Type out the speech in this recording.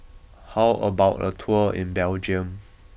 how about a tour in Belgium